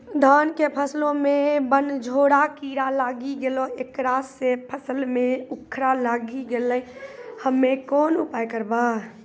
धान के फसलो मे बनझोरा कीड़ा लागी गैलै ऐकरा से फसल मे उखरा लागी गैलै हम्मे कोन उपाय करबै?